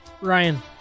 Ryan